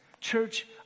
church